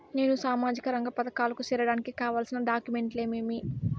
నేను సామాజిక రంగ పథకాలకు సేరడానికి కావాల్సిన డాక్యుమెంట్లు ఏమేమీ?